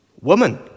Woman